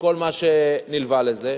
וכל מה שנלווה לזה.